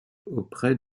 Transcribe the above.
auprès